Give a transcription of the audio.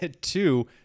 two